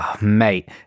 Mate